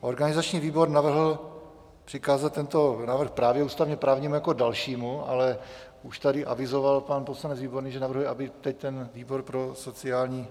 Organizační výbor navrhl přikázat tento návrh právě ústavněprávnímu jako dalšímu, ale už tady avizoval pan poslanec Výborný, že navrhuje, aby teď ten výbor pro sociální...